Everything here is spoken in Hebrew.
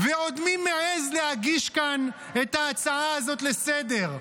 ועוד מי מעז להגיש כאן את ההצעה הזאת לסדר-היום?